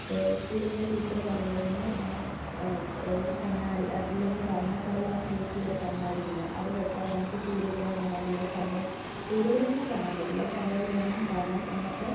സ്കൂളിലെ ടീച്ചർ പറയുമായിരുന്നു ഇങ്ങനെ കണ്ണാടി അല്ലെങ്കിൽ വർണ്ണക്കടലാസുപയോഗിച്ചുള്ള ഒരു കണ്ണാടി ഉണ്ട് അത് വെച്ചാൽ നമുക്ക് സൂര്യഗ്രഹണം കാണാം അല്ലെ ചന്ദ്ര സൂര്യഗ്രഹണം കാണാൻ പറ്റില്ല ചന്ദ്രഗ്രഹണം കാണാം എന്നൊക്കെ